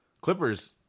Clippers